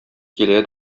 килә